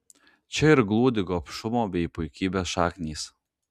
čia ir glūdi gobšumo bei puikybės šaknys